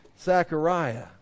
Zechariah